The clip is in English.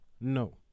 No